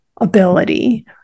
ability